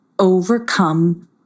Overcome